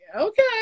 okay